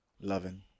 loving